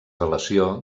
relació